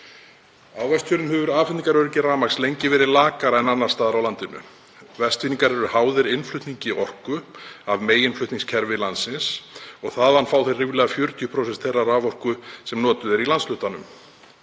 Á Vestfjörðum hefur afhendingaröryggi rafmagns lengi verið lakara en annars staðar á landinu. Vestfirðingar eru háðir innflutningi orku af meginflutningskerfi landsins og þaðan fá þeir ríflega 40% þeirrar raforku sem notuð er í landshlutanum.